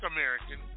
American